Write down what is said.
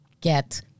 get